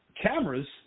Cameras